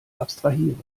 abstrahieren